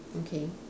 okay